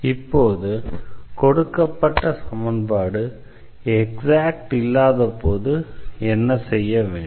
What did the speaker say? இப்போது கொடுக்கப்பட்ட சமன்பாடு எக்ஸாக்ட் இல்லாதபோது என்ன செய்ய வேண்டும்